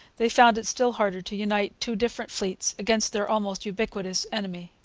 they found it still harder to unite two different fleets against their almost ubiquitous enemy.